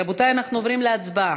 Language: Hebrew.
רבותי, אנחנו עוברים להצבעה.